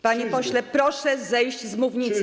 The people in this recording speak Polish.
Panie pośle, proszę zejść z mównicy.